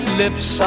lips